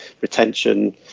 retention